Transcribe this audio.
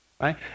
right